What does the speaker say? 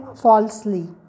falsely